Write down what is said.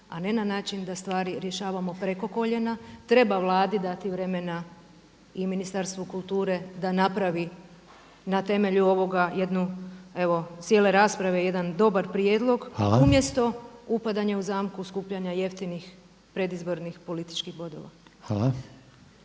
a ne na način da stvari rješavamo preko koljena, treba Vladi dati vremena i Ministarstvu kulture da napravi na temelju ovoga jednu cijele rasprave jedan dobar prijedlog umjesto upadanja u zamku skupljanja jeftinih predizbornih političkih bodova.